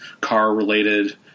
car-related